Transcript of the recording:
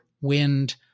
wind